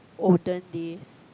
olden days